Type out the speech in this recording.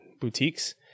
boutiques